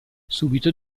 subito